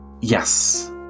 Yes